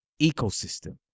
ecosystem